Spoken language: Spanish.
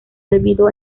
debido